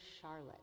Charlotte